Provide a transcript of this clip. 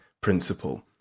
principle